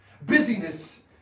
Busyness